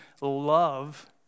love